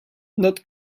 not